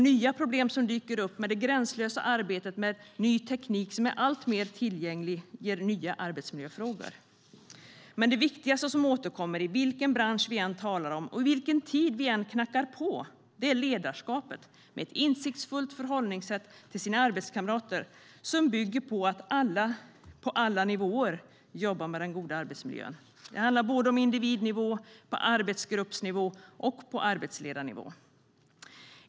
Nya problem som dyker upp med det gränslösa arbetet med ny teknik som är alltmer tillgänglig ger nya arbetsmiljöfrågor. Men det viktigaste, och som återkommer i vilken bransch vi än talar om och i vilken tid vi än knackar på, är ledarskapet med ett insiktsfullt förhållningssätt till sina arbetskamrater. Det bygger på att alla på alla nivåer jobbar med den goda arbetsmiljön, på individnivå, på arbetsgruppsnivå och på arbetsledarnivå.